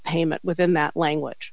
payment within that language